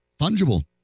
fungible